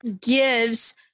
gives